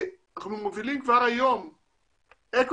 אנחנו מובילים כבר היום אקו-סיסטם